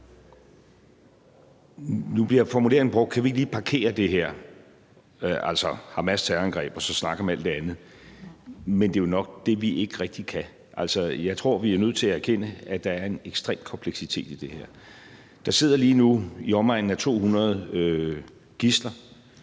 Nu bliver formuleringen brugt, om vi ikke lige kan parkere det her, altså Hamas' terrorangreb, og så snakke om alt det andet. Men det er jo nok det, vi ikke rigtig kan. Altså, jeg tror, vi er nødt til at erkende, at der er en ekstrem kompleksitet i det her. Der sidder lige nu i omegnen af 200 gidsler